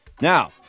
Now